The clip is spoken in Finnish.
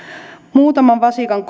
muutaman vasikan